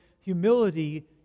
humility